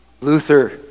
Luther